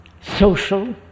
social